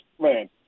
man